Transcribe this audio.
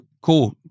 cool